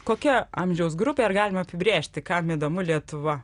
kokia amžiaus grupė ar galima apibrėžti kam įdomu lietuva